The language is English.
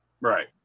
Right